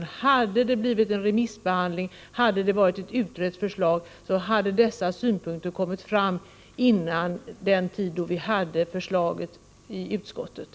Om förslaget föregåtts av en remissbehandling och om det hade utretts, då hade de här synpunkterna kommit fram innan vi behandlade förslaget i utskottet.